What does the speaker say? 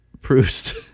Proust